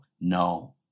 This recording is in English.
No